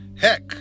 Heck